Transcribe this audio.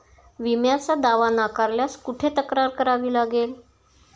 विम्याचा दावा नाकारल्यास कुठे तक्रार करावी लागेल?